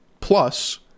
plus